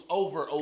over